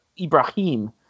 Ibrahim